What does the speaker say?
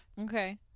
Okay